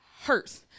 hurts